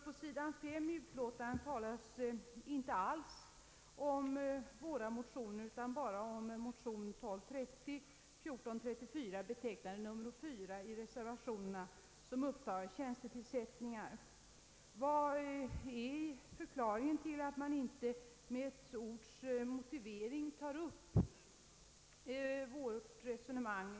På sidan 5 i utlåtandet talas inte alls om våra motioner när det gäller tjänstetillsättningar, utan bara om motionerna I:1230 och II: 1439. Vad är förklaringen till att man inte med ett enda ord tar upp vårt resonemang?